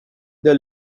they